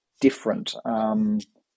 different